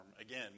Again